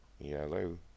Yellow